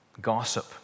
Gossip